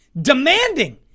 Demanding